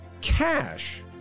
cash